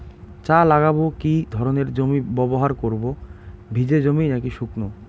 চা লাগাবো কি ধরনের জমি ব্যবহার করব ভিজে জমি নাকি শুকনো?